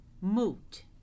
moot